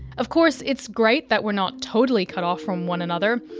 of course it's great that we're not totally cut off from one another,